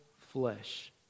flesh